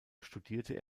studierte